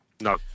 no